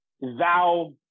thou